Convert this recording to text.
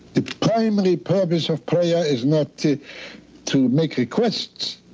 the primary purpose of prayer is not to to make requests.